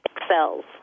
excels